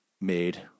made